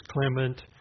Clement